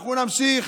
אנחנו נמשיך